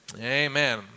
Amen